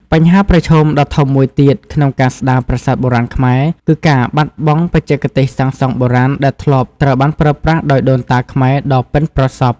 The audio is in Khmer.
បញ្ហាប្រឈមដ៏ធំមួយទៀតក្នុងការស្ដារប្រាសាទបុរាណខ្មែរ គឺការបាត់បង់បច្ចេកទេសសាងសង់បុរាណដែលធ្លាប់ត្រូវបានប្រើប្រាស់ដោយដូនតាខ្មែរដ៏ប៉ិនប្រសប់។